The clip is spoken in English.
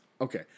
Okay